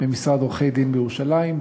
במשרד עורכי-דין בירושלים,